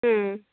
ம்